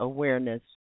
Awareness